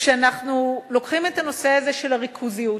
כשאנחנו לוקחים את הנושא הזה של ריכוזיות,